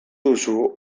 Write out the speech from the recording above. duzu